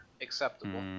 Acceptable